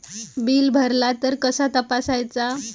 Bill भरला तर कसा तपसायचा?